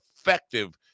effective